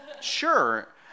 Sure